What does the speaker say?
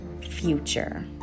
future